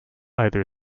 either